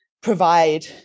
provide